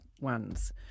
ones